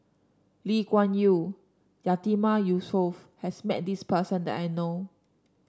Lee Kuan Yew Yatiman Yusof has met this person that I know